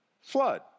flood